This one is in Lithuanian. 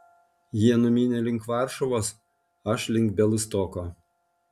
jie numynė link varšuvos aš link bialystoko